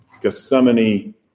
Gethsemane